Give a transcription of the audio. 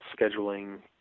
scheduling